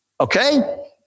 Okay